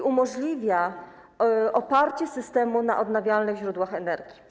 i umożliwia oparcie systemu na odnawialnych źródłach energii.